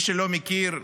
למי שלא מכיר,